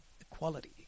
equality